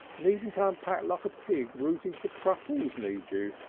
needn't ah unpack like a pig rooting for truffles, need you?